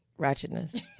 ratchetness